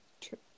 true